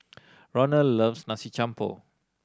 Ronald loves Nasi Campur